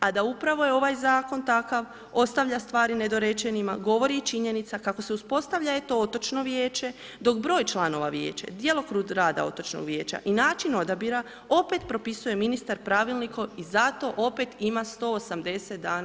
A da upravo je ovaj Zakon takav, ostavlja stvari nedorečenima, govori i činjenica kako se uspostavlja eto otočno vijeće, dok broj članova vijeća, djelokrug rada otočnog vijeća i način odabira opet propisuje ministar pravilnikom i zato opet ima 180 dana.